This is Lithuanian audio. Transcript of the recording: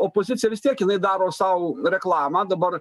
opozicija vis tiek jinai daro sau reklamą dabar